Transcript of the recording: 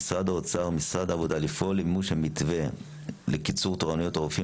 משרד האוצר ומשרד העבודה לפעול למימוש המתווה לקיצור תורנויות הרופאים